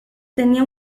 tenía